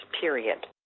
period